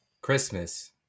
Christmas